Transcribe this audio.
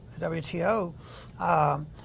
WTO